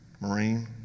Marine